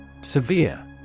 Severe